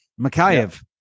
Mikhailov